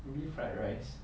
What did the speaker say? maybe fried rice